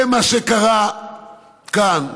זה מה שקרה כאן.